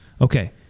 okay